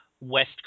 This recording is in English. West